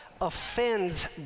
offends